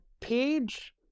page